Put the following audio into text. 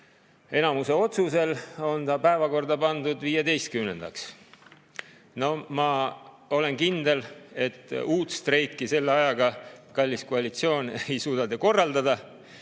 enamuse otsusel on see päevakorda pandud 15-ndaks. No ma olen kindel, et uut streiki selle ajaga, kallis koalitsioon, ei suuda te korraldada.